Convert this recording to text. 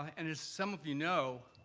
and, as some of you know,